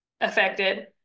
affected